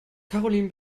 karoline